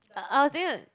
I was thinking the